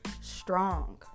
strong